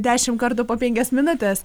dešim kartų po penkias minutes